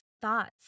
thoughts